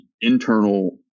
internal